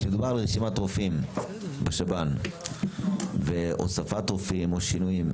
כשמדובר ברשימת רופאים בשב"ן והוספת רופאים או שינויים,